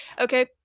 Okay